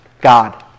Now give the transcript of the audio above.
god